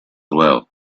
well